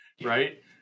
right